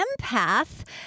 empath